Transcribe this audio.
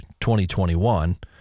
2021